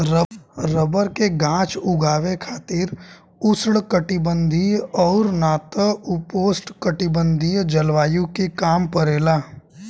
rubber के गाछ उगावे खातिर उष्णकटिबंधीय और ना त उपोष्णकटिबंधीय जलवायु के काम परेला